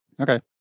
okay